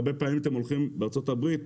הרבה פעמים הולכים בארצות הברית,